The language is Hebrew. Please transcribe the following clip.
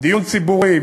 דיון ציבורי,